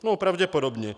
No pravděpodobně.